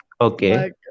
Okay